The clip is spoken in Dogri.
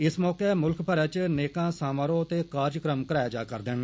इस मौके मु ख भरै च नेकां समारोह ते काय म कराए जा रदे न